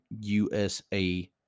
USA